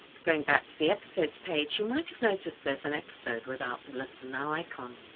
going back to the episodes page, you might have noticed there's an episode without the listen now icon.